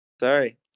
Sorry